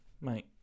mate